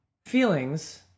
feelings